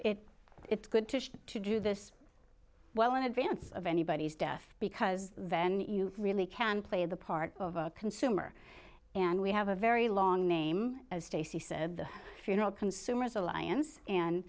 it it's good to to do this well in advance of anybody's death because then you really can play the part of a consumer and we have a very long name as stacy said the funeral consumers alliance and